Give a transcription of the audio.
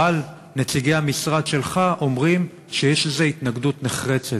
אבל נציגי המשרד שלך אומרים שיש לזה התנגדות נחרצת.